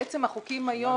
החוקים היום,